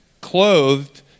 clothed